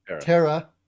Terra